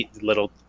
little